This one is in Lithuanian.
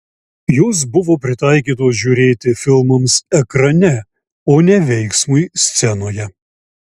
jos buvo pritaikytos žiūrėti filmams ekrane o ne veiksmui scenoje